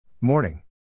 Morning